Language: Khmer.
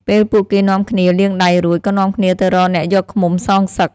ពេលពួកគេនាំគ្នាលាងដៃរួច ក៏នាំគ្នាទៅរកអ្នកយកឃ្មុំសងសឹក។